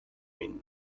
mind